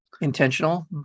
Intentional